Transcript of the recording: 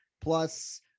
plus